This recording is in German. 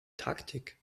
taktik